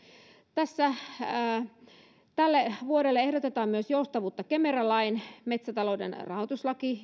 tässä ehdotetaan tälle vuodelle myös joustavuutta kemera lain selkokielellä nimeltään metsätalouden rahoituslaki